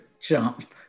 jump